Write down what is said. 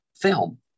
film